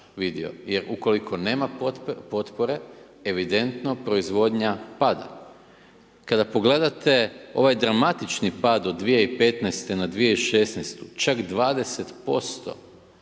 jer u koliko nema potpore, evidentno, proizvodnja pada. Kada pogledate ovaj dramatičan pad od 2015. na 2016. čak 20%